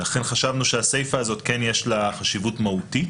לכן חשבנו שלסיפה הזאת כן יש חשיבות מהותית,